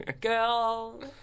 Girl